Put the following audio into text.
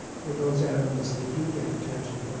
for those animals that do get attached to their